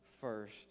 first